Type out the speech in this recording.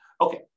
Okay